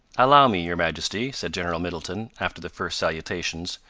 allow me, your majesty, said general middleton, after the first salutations,